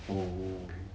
oh